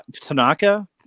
Tanaka